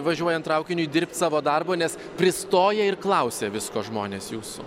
važiuojant traukiniui dirbt savo darbo nes pristoja ir klausia visko žmonės jūsų